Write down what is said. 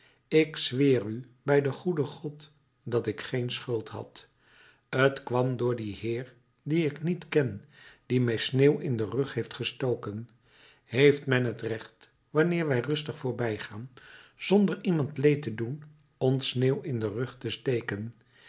ik zweer u bij den goeden god dat ik geen schuld had t kwam door dien heer dien ik niet ken die mij sneeuw in den rug heeft gestoken heeft men het recht wanneer wij rustig voorbijgaan zonder iemand leed te doen ons sneeuw in den rug te steken